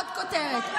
עוד כותרת,